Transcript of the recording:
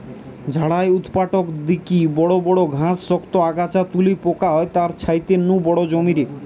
ঝাড়াই উৎপাটক দিকি বড় বড় ঘাস, শক্ত আগাছা তুলি পোকা হয় তার ছাইতে নু বড় জমিরে